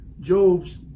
Job's